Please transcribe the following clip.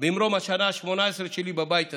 ממרום השנה ה-18 שלי בבית הזה,